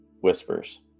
whispers